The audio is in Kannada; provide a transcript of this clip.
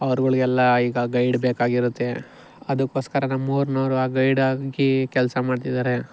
ಅವ್ರುಗಳಿಗೆಲ್ಲ ಈಗ ಗೈಡ್ ಬೇಕಾಗಿರುತ್ತೆ ಅದಕ್ಕೋಸ್ಕರ ನಮ್ಮೂರಿನವ್ರು ಆ ಗೈಡಾಗಿ ಕೆಲಸ ಮಾಡ್ತಿದಾರೆ